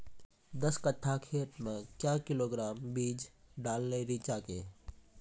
दस कट्ठा खेत मे क्या किलोग्राम बीज डालने रिचा के?